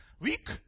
Weak